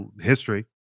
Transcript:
history